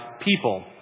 people